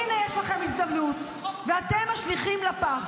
הינה, יש לכם הזדמנות, ואתם משליכים לפח